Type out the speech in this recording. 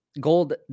gold